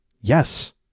Yes